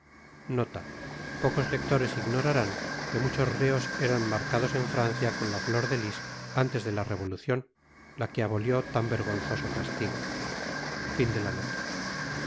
pocos tectores ignorarán que muchos reos eran marcados en francia con ta flor de tis antes de la evotucion ta que abotto tan vergonzoso castigo